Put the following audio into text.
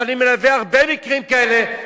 ואני מלווה הרבה מקרים כאלה,